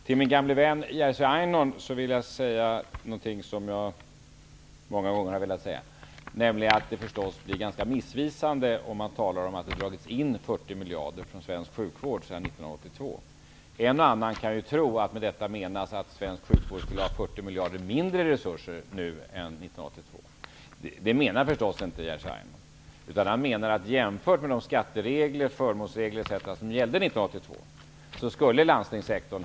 Till min gamle vän Jerzy Einhorn vill jag säga någonting som jag många gånger har velat säga, nämligen att det förstås blir ganska missvisande om man talar om att det dragits in 40 miljarder från svensk sjukvård sedan 1982. En och annan kan ju tro att med detta menas att svensk sjukvård skulle ha 40 miljarder mindre i resurser nu än 1982. Det menar förstås inte Jerzy Einhorn, utan han menar att jämfört med de skatteregler, förmånsregler etc.